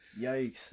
Yikes